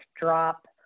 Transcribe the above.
drop